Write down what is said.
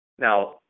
Now